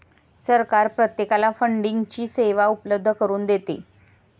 सरकार प्रत्येकाला फंडिंगची सेवा उपलब्ध करून देतं